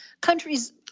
countries